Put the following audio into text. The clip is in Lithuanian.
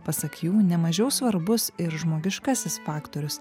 pasak jų nemažiau svarbus ir žmogiškasis faktorius